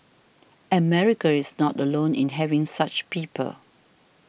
America is not alone in having such people